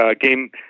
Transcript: game